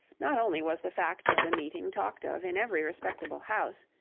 not only was the fact of the meeting talked of in every respectable house,